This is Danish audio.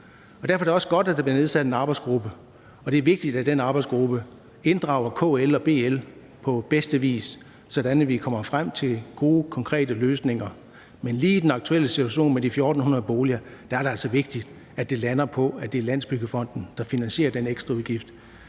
Derfor er det også godt, at der bliver nedsat en arbejdsgruppe, og det er vigtigt, at den arbejdsgruppe inddrager KL og BL på bedste vis, sådan at vi kommer frem til gode, konkrete løsninger. Men lige i den aktuelle situation med de 1.400 boliger er det altså vigtigt, at det lander der, hvor det bliver Landsbyggefonden, der finansierer den ekstra udgift.